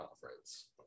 conference